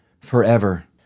forever